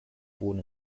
born